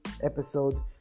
episode